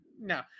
No